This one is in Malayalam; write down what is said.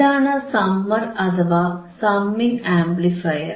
ഇതാണ് സമ്മർ അഥവാ സമ്മിംഗ് ആംപ്ലിഫയർ